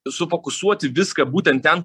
sufokusuoti viską būtent ten